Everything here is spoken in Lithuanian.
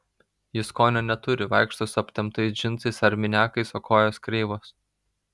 ji skonio neturi vaikšto su aptemptais džinsais ar miniakais o kojos kreivos